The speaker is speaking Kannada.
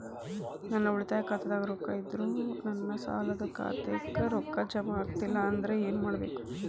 ನನ್ನ ಉಳಿತಾಯ ಖಾತಾದಾಗ ರೊಕ್ಕ ಇದ್ದರೂ ನನ್ನ ಸಾಲದು ಖಾತೆಕ್ಕ ರೊಕ್ಕ ಜಮ ಆಗ್ಲಿಲ್ಲ ಅಂದ್ರ ಏನು ಮಾಡಬೇಕು?